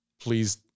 Please